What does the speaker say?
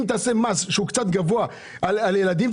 אם תטיל מס קצת גבוה על ילדים,